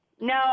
No